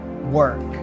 work